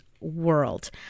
world